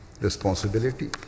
responsibility